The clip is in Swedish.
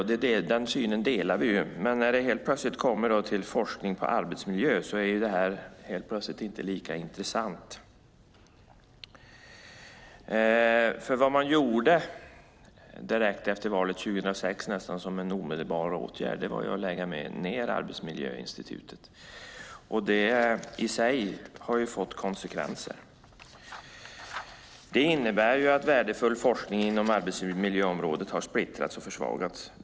Vi delar denna syn. Men när det handlar om forskning inom arbetsmiljö är det inte lika intressant. Nästan direkt efter valet 2006 lade man ned Arbetsmiljöinstitutet. Det i sig har fått konsekvenser. Det innebär att värdefull forskning inom arbetsmiljöområdet har splittrats och försvagats.